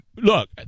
Look